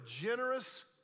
generous